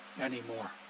anymore